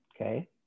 Okay